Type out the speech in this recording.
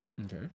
Okay